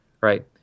right